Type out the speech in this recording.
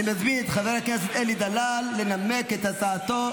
אני מזמין את חבר הכנסת אלי דלל לנמק את הצעתו,